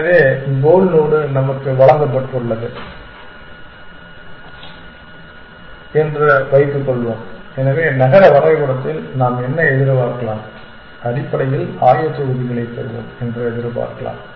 எனவே goal node நமக்கு வழங்கப்பட்டுள்ளது என்று வைத்துக் கொள்வோம் எனவே நகர வரைபடத்தில் நாம் என்ன எதிர்பார்க்கலாம் அடிப்படையில் ஆயத்தொகுதிகளை பெறுவோம் என்று எதிர்பார்க்கலாம்